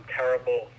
terrible